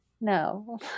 No